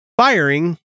firing